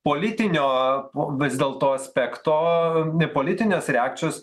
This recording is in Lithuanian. politinio vis dėlto aspekto politinės reakcijos